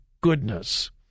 goodness